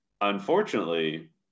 unfortunately